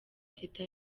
teta